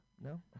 No